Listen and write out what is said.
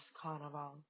Carnival